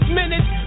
minutes